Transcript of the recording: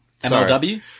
MLW